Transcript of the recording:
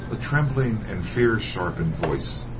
a trembling and fear-sharpened voice,